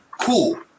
Cool